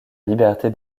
liberté